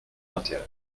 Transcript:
d’intérêt